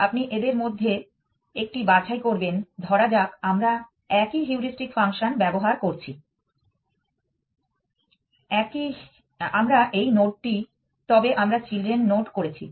আপনি এদের মধ্যে একটি বাছাই করবেন ধরা যাক আমরা একই হিউরিস্টিক ফাংশন ব্যবহার করছি আমরা এই নোডটি তবে আমরা চিলড্রেন জেনারেট করেছি